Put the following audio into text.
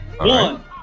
One